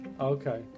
Okay